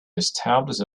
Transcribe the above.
establish